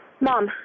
Mom